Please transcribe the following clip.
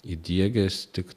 įdiegęs tik